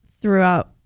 throughout